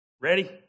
Ready